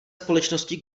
společnosti